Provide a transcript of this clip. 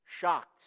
shocked